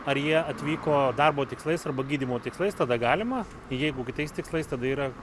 ar jie atvyko darbo tikslais arba gydymo tikslais tada galima jeigu kitais tikslais tada yra